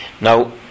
now